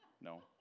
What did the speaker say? No